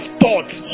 thoughts